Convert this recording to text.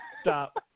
Stop